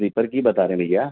sleeper کی ہی بتا رہے ہیں بھیا